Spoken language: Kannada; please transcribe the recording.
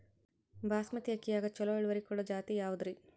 ಬಾಸಮತಿ ಅಕ್ಕಿಯಾಗ ಚಲೋ ಇಳುವರಿ ಕೊಡೊ ಜಾತಿ ಯಾವಾದ್ರಿ?